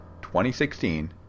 2016